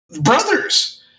brothers